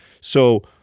So-